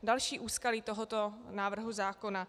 Další úskalí tohoto návrhu zákona.